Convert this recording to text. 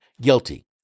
guilty